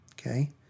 Okay